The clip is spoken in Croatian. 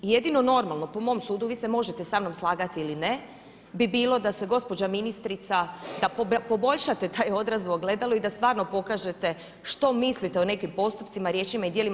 Jedino normalno po mom sudu vi se možete sa mnom slagati ili ne bi bilo da se gospođa ministrica, da poboljšate taj odraz u ogledalu i da stvarno pokažete što mislite o nekim postupcima, riječima i djelima.